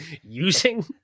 using